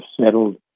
settled